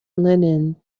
linen